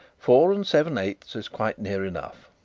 four and seven-eighths is quite near enough.